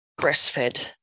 breastfed